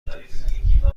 نمیخورد